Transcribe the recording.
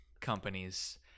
companies –